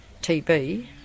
TB